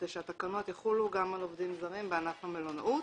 כדי שהתקנות יחולו גם על עובדים זרים בענף המלונאות.